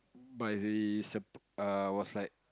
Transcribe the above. but it err was like